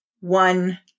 one